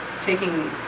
taking